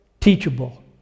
Teachable